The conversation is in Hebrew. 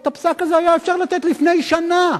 את הפסק הזה היה אפשר לתת לפני שנה,